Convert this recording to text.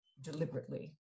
deliberately